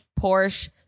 Porsche